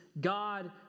God